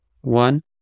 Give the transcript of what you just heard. one